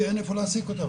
כי אין איפה להעסיק אותן.